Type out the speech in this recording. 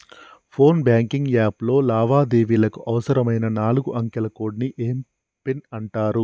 phone banking app లో లావాదేవీలకు అవసరమైన నాలుగు అంకెల కోడ్ని ఏం పిన్ అంటారు